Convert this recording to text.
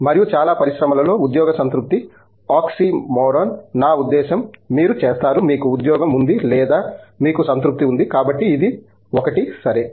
మరియు చాలా పరిశ్రమలలో ఉద్యోగ సంతృప్తి ఆక్సిమోరాన్ నా ఉద్దేశ్యం మీరు చేస్తారు మీకు ఉద్యోగం ఉంది లేదా మీకు సంతృప్తి ఉంది కాబట్టి ఇది ఒకటి సరే